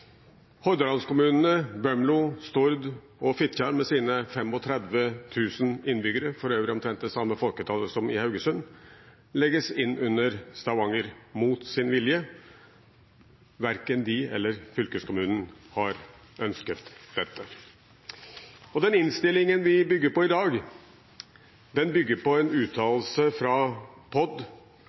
Hordalandskommunene Bømlo, Stord og Fitjar med sine 35 000 innbyggere, for øvrig omtrent det samme folketallet som i Haugesund, legges inn under Stavanger, mot sin vilje – verken de eller fylkeskommunen har ønsket dette. Den innstillingen vi bygger på i dag, bygger på en uttalelse fra POD,